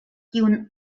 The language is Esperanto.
kiun